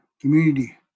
community